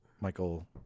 Michael